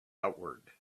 outward